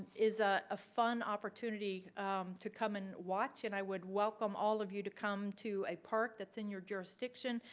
is ah a fun opportunity to come and watch and i would welcome all of you to come to a park that's in your jurisdiction.